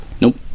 Nope